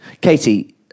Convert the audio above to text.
Katie